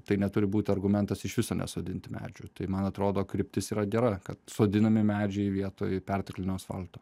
tai neturi būti argumentas iš viso nesodinti medžių tai man atrodo kryptis yra gera kad sodinami medžiai vietoj perteklinio asfalto